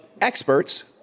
experts